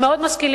הם מאוד משכילים.